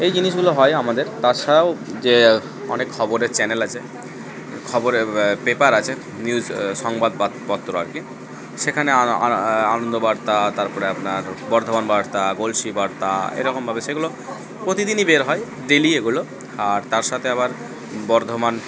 এই জিনিসগুলো হয় আমাদের তাছাড়াও যে অনেক খবরের চ্যানেল আছে খবরের পেপার আছে নিউজ সংবাদপাত পত্র আর কী সেখানে আনন্দ বার্তা তারপরে আপনার বর্ধমান বার্তা গলসি বার্তা এরকমভাবে সেগুলো প্রতিদিনই বের হয় ডেইলি এগুলো আর তার সাথে আবার বর্ধমান